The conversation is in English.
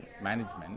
management